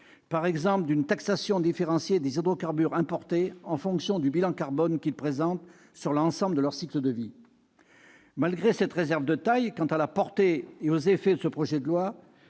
par exemple, une taxation différenciée -des hydrocarbures importés en fonction du bilan carbone qu'ils présentent sur l'ensemble de leur cycle de vie. Malgré cette réserve de taille quant à la portée et aux effets du texte,